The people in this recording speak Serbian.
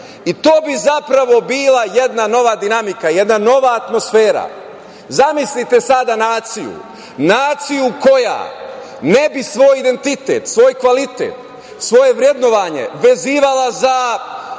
i to bi zapravo bila jedna nova dinamika, jedna nova atmosfera. Zamislite sada naciju, naciju koja ne bi svoj identitet, svoj kvalitet, svoje vrednovanje vezivala za